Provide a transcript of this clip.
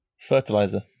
Fertilizer